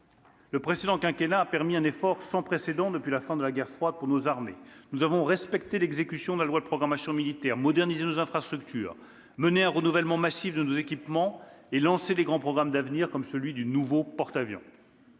en faveur de nos armées, un effort sans précédent depuis la fin de la guerre froide. Nous avons respecté l'exécution de la loi de programmation militaire, modernisé nos infrastructures, mené un renouvellement massif de nos équipements et lancé de grands programmes d'avenir, comme celui du nouveau porte-avions.